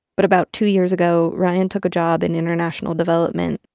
but about two years ago, ryan took a job in international development.